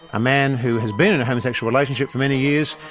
a man who has been in a homosexual relationship for many years,